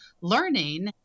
learning